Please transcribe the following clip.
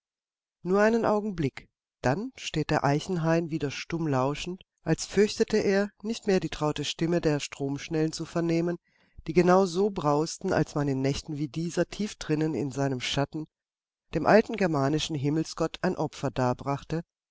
nur einen augenblick dann steht der eichenhain wieder stumm lauschend als fürchtete er nicht mehr die traute stimme der stromschnellen zu vernehmen die genau so brausten als man in nächten wie dieser tief drinnen in seinem schatten dem alten germanischen himmelsgott ein opfer darbrachte